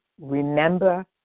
Remember